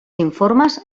informes